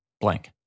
blank